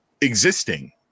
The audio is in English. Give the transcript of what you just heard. existing